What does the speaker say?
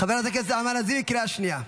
חברת הכנסת נעמה לזימי, קריאה שנייה.